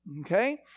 okay